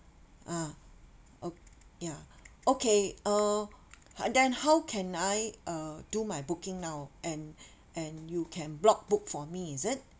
ah o~ ya okay uh ho~ then how can I uh do my booking now and and you can block book for me is it